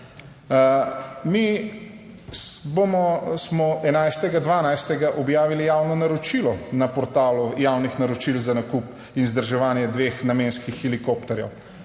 smo 11. 12. objavili javno naročilo na portalu javnih naročil za nakup in vzdrževanje dveh namenskih helikopterjev.